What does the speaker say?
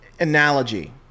analogy